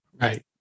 Right